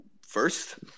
first